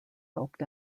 helped